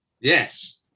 Yes